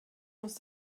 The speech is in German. muss